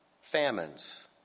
famines